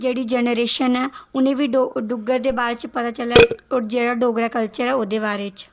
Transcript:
जेह्ड़ी जेनेरेशन ऐ उ'नेंई बी डुग्गर दे बारै च पता चलै होर जेह्ड़ा डोगरा कल्चर ऐ ओह्दे बारै च